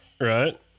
right